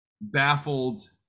baffled